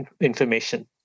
information